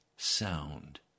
sound